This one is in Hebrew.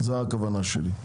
זאת הכוונה שלי.